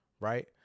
right